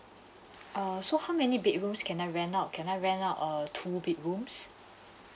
err so how many bedrooms can I rent out can I rent out err two bedrooms